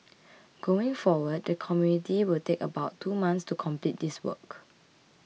going forward the committee will take about two months to complete this work